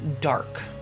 dark